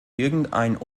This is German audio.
irgendein